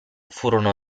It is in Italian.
furono